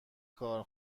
کار